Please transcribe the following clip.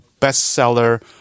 bestseller